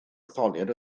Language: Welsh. etholiad